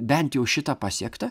bent jau šita pasiekta